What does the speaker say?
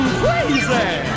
crazy